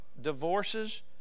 divorces